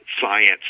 science